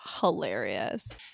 hilarious